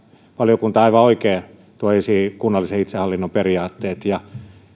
valiokunta aivan oikein tuo esiin kunnallisen itsehallinnon periaatteet ja